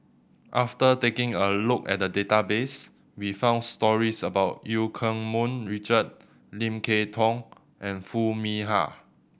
after taking a look at the database we found stories about Eu Keng Mun Richard Lim Kay Tong and Foo Mee Har